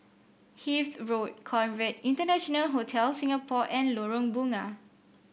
Hythe Road Conrad International Hotel Singapore and Lorong Bunga